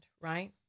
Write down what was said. right